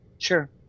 Sure